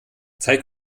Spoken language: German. zeig